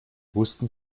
wussten